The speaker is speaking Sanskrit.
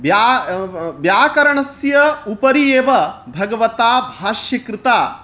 व्या व्याकरणस्य उपरि एव भगवता भाषीकृता